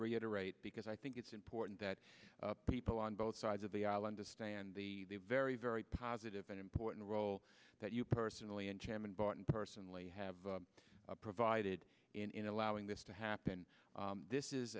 reiterate because i think it's important that people on both sides of the aisle understand the very very positive and important role that you personally and chairman barton personally have provided in allowing this to happen this is